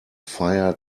fire